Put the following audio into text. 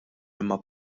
imma